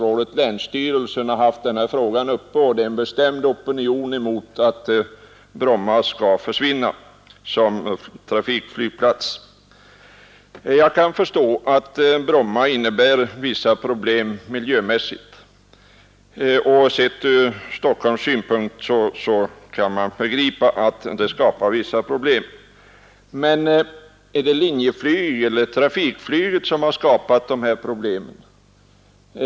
Jag vet att länsstyrelsen haft denna fråga uppe i planeringsrådet och att det finns en bestämd opinion mot att Bromma skall försvinna som trafikflygplats. Jag kan förstå att Bromma innebär vissa problem miljömässigt, och sett från Stockholms synpunkt kan man begripa att Bromma flygplats skapar vissa problem. Men är det Linjeflyg eller trafikflyget som har skapat de problemen?